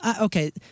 okay